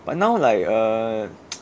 but now like err